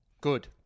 Good